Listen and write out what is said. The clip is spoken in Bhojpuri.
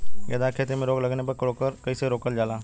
गेंदा की खेती में रोग लगने पर कैसे रोकल जाला?